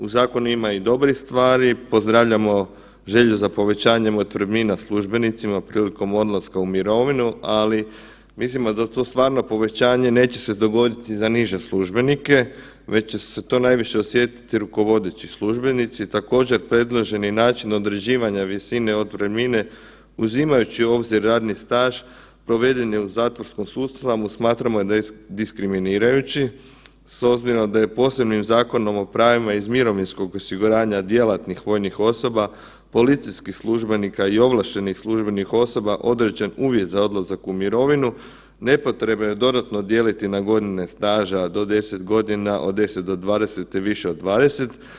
U zakonu ima i dobrih stvari, pozdravljamo želju za povećanjem otpremnina službenicima prilikom odlaska u mirovinu, ali mislimo da to stvarno povećanje neće se dogoditi za niže službenike već će se to najviše osjetiti rukovodeći službenici, također, predloženi način određivanja visine otpremnine uzimajući u obzir radni staž provedeni u zatvorskom sustavu, smatramo da je diskriminirajući, s obzirom da je posebnim Zakonom o pravima iz mirovinskog osiguranja djelatnih vojnih osoba, policijskih službenika i ovlaštenih službenih osoba određen uvjet za odlazak u mirovinu, nepotrebno je dodatno dijeliti na godine staža, do 10 godina, do 10-20 i više od 20.